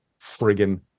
friggin